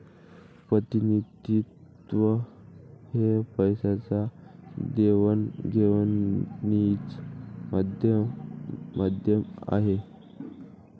प्रतिनिधित्व हे पैशाच्या देवाणघेवाणीचे माध्यम आहे